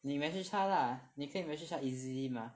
你 message 他 lah 你可以 message 他 easily mah